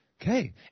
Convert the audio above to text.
Okay